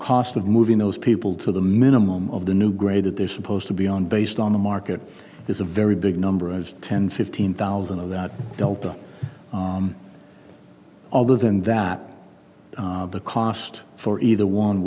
cost of moving those people to the minimum of the new grade that they're supposed to be on based on the market is a very big number as ten fifteen thousand of that delta although than that the cost for either one